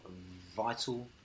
Vital